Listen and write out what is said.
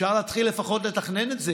אפשר להתחיל לפחות לתכנן את זה,